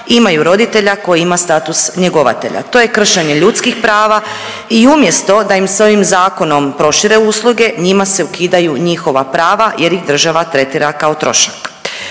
imaju roditelja koji ima status njegovatelja. To je kršenje ljudskih prava i umjesto da im se ovim zakonom prošire usluge njima se ukidaju njihova prava jer ih država tretira kao trošak.